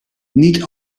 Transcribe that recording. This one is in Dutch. niet